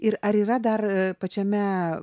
ir ar yra dar pačiame